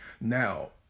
Now